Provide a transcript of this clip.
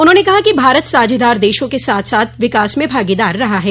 उन्होंने कहा कि भारत साझेदार देशों के साथ विकास में भागीदार रहा है